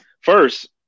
first